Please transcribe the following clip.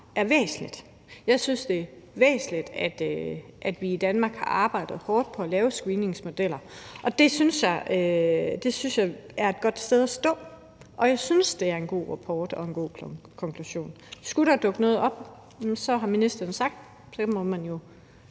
vi leverer. Jeg synes, det er væsentligt, at vi i Danmark har arbejdet hårdt på at lave screeningsmodeller. Det synes jeg er et godt sted at stå, og jeg synes, det er en god rapport og en god konklusion. Skulle der dukke noget nyt op, har ministeren sagt, at man må